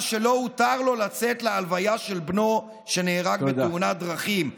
שלא הותר לו לצאת להלוויה של בנו שנהרג בתאונת דרכים.